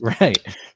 right